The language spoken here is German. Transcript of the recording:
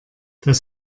das